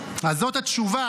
אל תשמח",